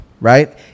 right